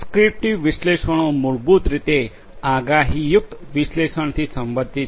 prescriptive વિશ્લેષણો મૂળભૂત રીતે આગાહીયુક્ત વિશ્લેષણથી સંબંધિત છે